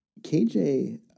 KJ